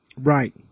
Right